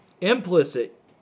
Implicit